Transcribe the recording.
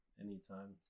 anytime